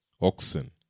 oxen